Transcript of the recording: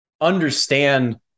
understand